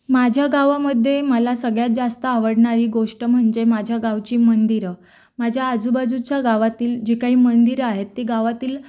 माझ्या गावामध्ये मला सगळ्यात जास्त आवडणारी गोष्ट म्हणजे माझ्या गावची मंदिरं माझ्या आजूबाजूच्या गावातील जी काही मंदिरं आहेत ती गावातील